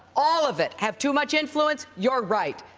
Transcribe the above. all of it, have too much influence? you're right.